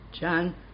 John